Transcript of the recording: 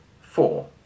four